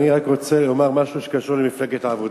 אני רוצה רק להגיד משהו שקשור למפלגת העבודה.